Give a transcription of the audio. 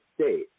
state